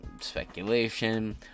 Speculation